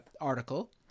article